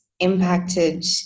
Impacted